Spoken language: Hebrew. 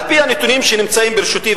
על-פי הנתונים שנמצאים ברשותי,